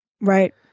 right